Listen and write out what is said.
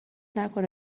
نکنه